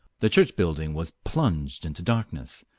the church building was plunged into darkness,